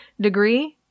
degree